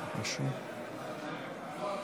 אם כן,